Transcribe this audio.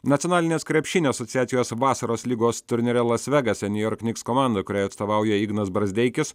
nacionalinės krepšinio asociacijos vasaros lygos turnyre las vegase niujork niks komanda kuriai atstovauja ignas brazdeikis